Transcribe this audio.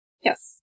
Yes